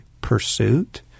pursuit